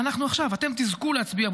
אנחנו, עכשיו, אתם תזכו להצביע.